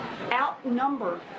outnumber